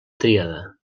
tríada